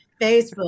Facebook